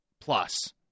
plus